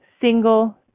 single